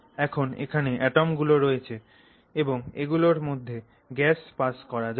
এখন এখানে অ্যাটম গুলো রয়েছে এবং এগুলোর মধ্যে গ্যাস পাস করা যাক